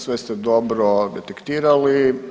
Sve ste dobro detektirali.